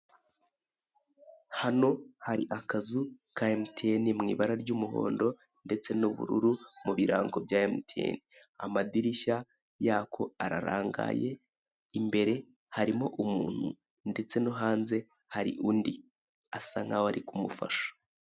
Hano hari akazu ka emutiyeni mu ibara ry'umuhondo ndetse n'ubururu mu birango bya emutiyeni amadirishya yako ararangaye, imbere harimo umuntu ndetse no hanze hari undi asa nkaho ari kumufasha.